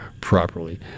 properly